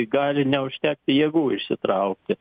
gali neužtekti jėgų išsitraukti